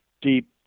deep